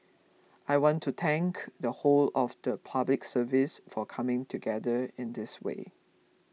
I want to thank the whole of the Public Service for coming together in this way